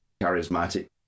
charismatic